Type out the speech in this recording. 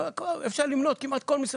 אפשר למנות כמעט כל משרד.